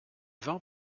vin